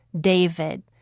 David